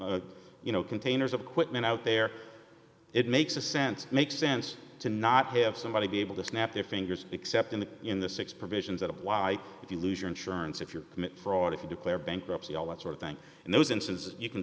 have you know containers of quitman out there it makes a sense makes sense to not have somebody be able to snap their fingers except in the in the six provisions of why if you lose your insurance if you're commit fraud if you declare bankruptcy all that sort of thing in those instances you can